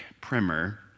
primer